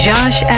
Josh